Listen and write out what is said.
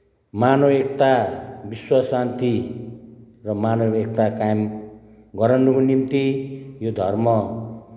मानव एकता विश्व शान्ति र मानव एकता कायम गराउनुको निम्ति यो धर्म